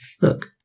Look